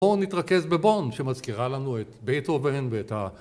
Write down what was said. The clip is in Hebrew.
בואו נתרכז בבון שמזכירה לנו את בטהובן ואת ה...